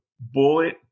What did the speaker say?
bullet